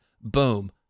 boom